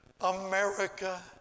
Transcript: America